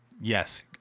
Yes